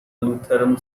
lutheran